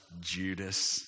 Judas